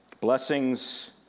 Blessings